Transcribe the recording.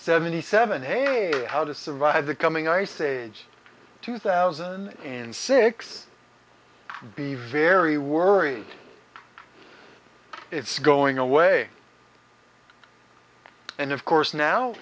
seventy seven hey how to survive the coming ice age two thousand and six be very worried it's going away and of course now